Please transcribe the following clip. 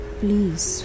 please